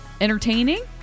entertaining